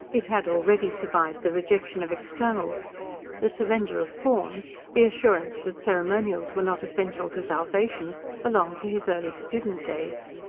it had already survived the rejection of externals the surrender of forms, the assurance that ceremonials were not essential to salvation belonged to his early student-days.